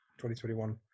2021